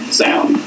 sound